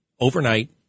overnight